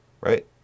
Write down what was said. right